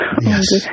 Yes